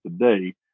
today